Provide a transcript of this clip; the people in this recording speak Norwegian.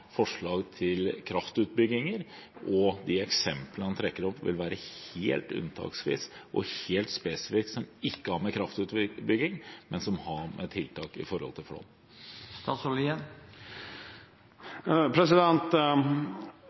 forslag til kraftutbygginger, og at de eksemplene han trekker opp, vil være helt unntaksvise og helt spesifikt ikke ha med kraftutbygging å gjøre, men ha med tiltak